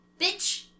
Bitch